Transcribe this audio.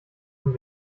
zum